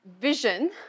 vision